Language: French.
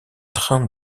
train